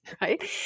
Right